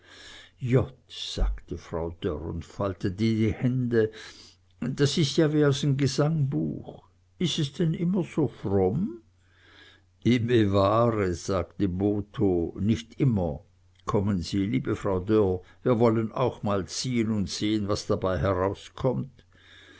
jott sagte frau dörr und faltete die hände das is ja wie aus n gesangbuch is es denn immer so fromm i bewahre sagte botho nicht immer kommen sie liebe frau dörr wir wollen auch mal ziehn und sehn was dabei herauskommt